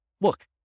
look